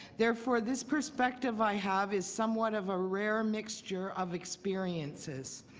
therefore this perspective i have is somewhat of a rare mixture of experiences.